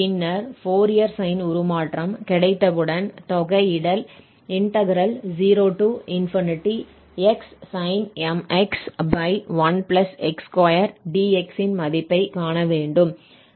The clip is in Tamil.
பின்னர் ஃபோரியர் சைன் உருமாற்றம் கிடைத்தவுடன் தொகையிடல்0x sinmx1x2dx இன் மதிப்பை காண வேண்டும்